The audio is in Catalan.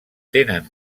tenen